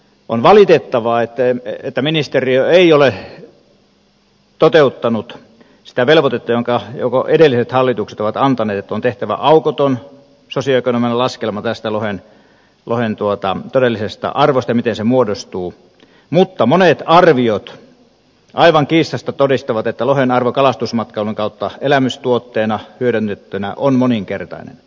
on valitettavaa että ministeriö ei ole toteuttanut sitä velvoitetta jonka edelliset hallitukset ovat antaneet että on tehtävä aukoton sosioekonominen laskelma tästä lohen todellisesta arvosta ja siitä miten se muodostuu mutta monet arviot aivan kiistatta todistavat että lohen arvo kalastusmatkailun kautta elämystuotteena hyödynnettynä on moninkertainen